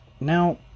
Now